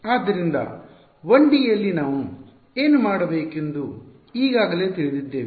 ಆದ್ದರಿಂದ 1ಡಿ ಯಲ್ಲಿ ನಾವು ಏನು ಮಾಡಬೇಕೆಂದು ಈಗಾಗಲೇ ತಿಳಿದಿದ್ದೇವೆ